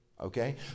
Okay